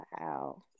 Wow